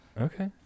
Okay